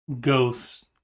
ghosts